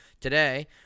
today